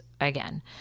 again